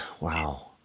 Wow